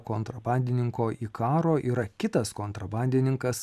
kontrabandininko ikaro yra kitas kontrabandininkas